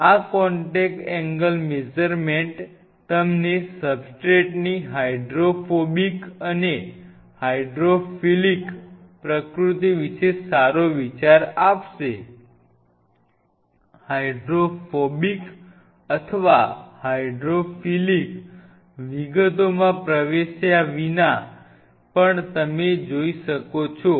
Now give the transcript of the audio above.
આ contact angle measurement તમને સબસ્ટ્રેટની હાઇડ્રોફોબિક અને હાઇડ્રોફિલિક પ્રકૃતિ વિશે સારો વિચાર આપશે હાઇડ્રોફોબિક અથવા હાઇડ્રોફિલિક વિગતોમાં પ્રવેશ્યા વિના પણ તમે જોઈ શકો છો